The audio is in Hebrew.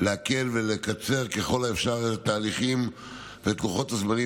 ולקצר ככל האפשר את התהליכים ואת לוחות הזמנים